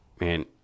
man